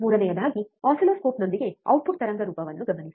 ಮೂರನೆಯದಾಗಿ ಆಸಿಲ್ಲೋಸ್ಕೋಪ್ನೊಂದಿಗೆ ಔಟ್ಪುಟ್ ತರಂಗರೂಪವನ್ನು ಗಮನಿಸಿ